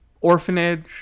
orphanage